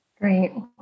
Great